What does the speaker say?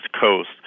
Coast